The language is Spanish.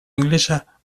inglesa